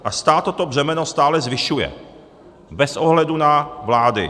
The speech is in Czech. A stát toto břemeno stále zvyšuje, bez ohledu na vlády.